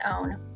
own